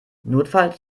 notfalls